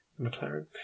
McLaren